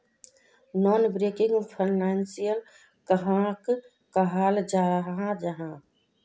Non banking financial कहाक कहाल जाहा जाहा?